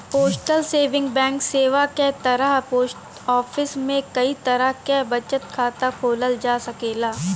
postal saving bank सेवा क तहत पोस्ट ऑफिस में कई तरह क बचत खाता खोलल जा सकेला